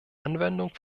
anwendung